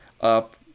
up